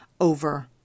over